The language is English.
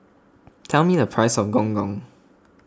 tell me the price of Gong Gong